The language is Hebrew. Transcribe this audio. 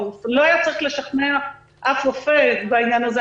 לא היה צריך לשכנע אף רופא בעניין הזה.